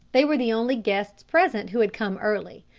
they were the only guests present who had come early.